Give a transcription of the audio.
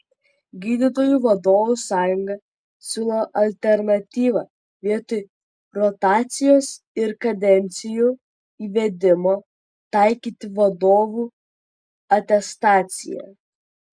gydytojų vadovų sąjunga siūlo alternatyvą vietoj rotacijos ir kadencijų įvedimo taikyti vadovų atestaciją